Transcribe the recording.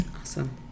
Awesome